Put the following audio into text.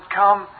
come